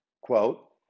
quote